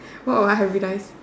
what would I hybridise